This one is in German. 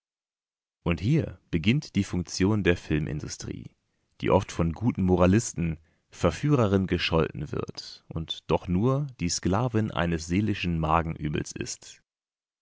und hier beginnt die funktion der filmindustrie die oft von guten moralisten verführerin gescholten wird und doch nur die sklavin eines seelischen magenübels ist